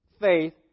faith